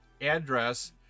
address